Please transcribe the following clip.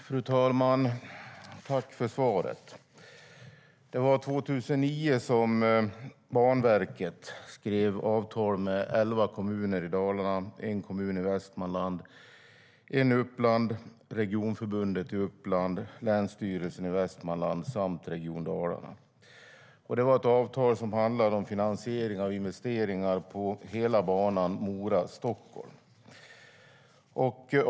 Fru talman! Jag tackar statsrådet för svaret. År 2009 skrev Banverket avtal med elva kommuner i Dalarna, en kommun i Västmanland, en kommun i Uppland, Regionförbundet i Uppland, Länsstyrelsen i Västmanland samt Region Dalarna. Avtalet handlade om finansiering av investeringar på hela banan Mora-Stockholm.